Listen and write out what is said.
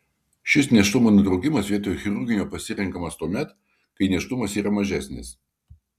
šis nėštumo nutraukimas vietoj chirurginio pasirenkamas tuomet kai nėštumas yra mažesnis